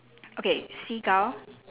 okay seagull